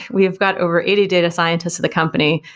we've got over eighty data scientists of the company.